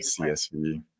CSV